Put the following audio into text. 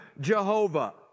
Jehovah